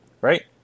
Right